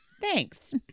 Thanks